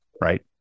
Right